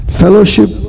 fellowship